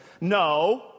no